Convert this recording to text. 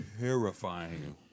terrifying